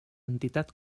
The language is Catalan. entitat